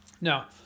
Now